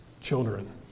children